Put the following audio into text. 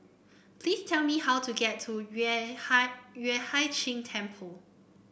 please tell me how to get to Yueh Hai Yueh Hai Ching Temple